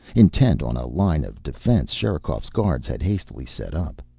intent on a line of defense sherikov's guards had hastily set up.